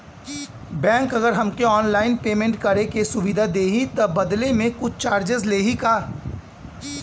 Bank अगर हमके online payment करे के सुविधा देही त बदले में कुछ चार्जेस लेही का?